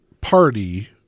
party